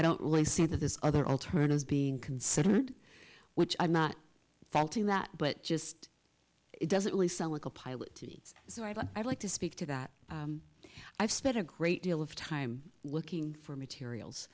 i don't really see that this other alternative being considered which i'm not faulting that but just it doesn't really sound like a pilot so i thought i'd like to speak to that i've spent a great deal of time looking for materials